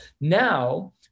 Now